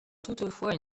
toutefois